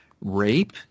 rape